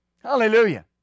Hallelujah